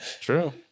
True